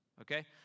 Okay